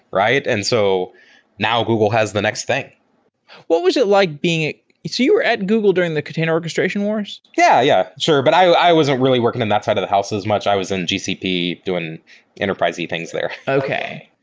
right? and so now google has the next thing what was it like being you were at google during the container orchestration wars? yeah yeah. sure. but i wasn't really working in that side of the house as much. i was in gcp doing enterprisey things there okay.